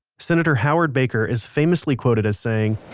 senator howard baker is famously quoted as saying,